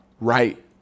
right